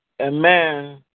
Amen